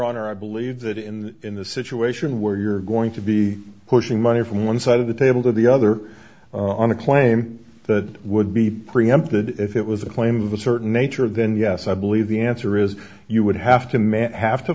honor i believe that in in the situation where you're going to be pushing money from one side of the table to the other on a claim that would be preempted if it was a claim of a certain nature then yes i believe the answer is you would have to men have to